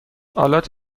آلات